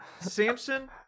Samson